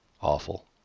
Awful